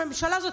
מהממשלה הזאת,